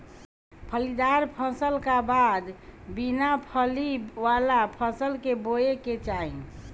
फलीदार फसल का बाद बिना फली वाला फसल के बोए के चाही